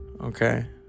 Okay